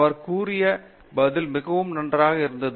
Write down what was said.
அவர் கூறிய பதில் மிகவும் நன்றாக இருந்தது